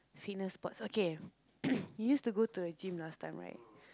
fitness sports okay you used to go to the gym last time right